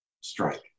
strike